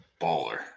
Baller